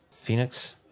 Phoenix